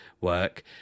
work